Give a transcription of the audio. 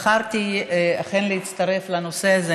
בחרתי אכן להצטרף לנושא הזה.